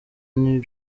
new